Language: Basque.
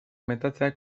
metatzea